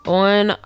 on